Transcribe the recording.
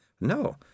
No